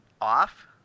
off